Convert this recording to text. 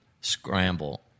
scramble